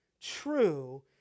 true